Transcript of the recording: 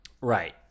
Right